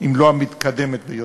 אם לא המתקדמת ביותר.